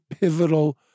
pivotal